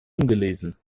ungelesen